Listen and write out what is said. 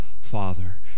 Father